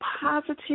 positive